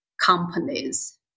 companies